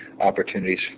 opportunities